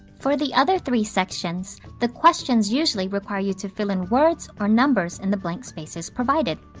for the other three sections, the questions usually require you to fill in words or numbers in the blank spaces provided.